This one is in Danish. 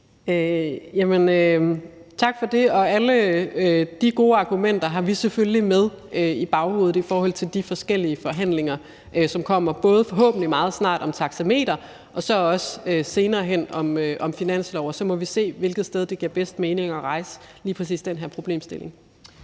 Tak for det. Og alle de gode argumenter har vi selvfølgelig med i baghovedet i forhold til de forskellige forhandlinger, som kommer, både om – forhåbentlig meget snart – taxameter og så også senere hen om finansloven, og så må vi se, hvilket sted det giver bedst mening at rejse lige præcis den her problemstilling.